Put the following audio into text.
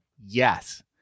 Yes